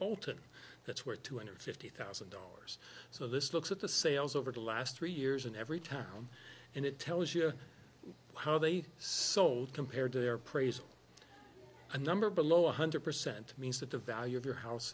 bolton that's worth two hundred fifty thousand dollars so this looks at the sales over the last three years in every town and it tells you how they sold compared to their praise a number below one hundred percent means that the value of your house